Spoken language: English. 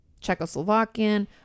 Czechoslovakian